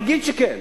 נגיד שכן,